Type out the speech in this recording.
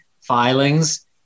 Filings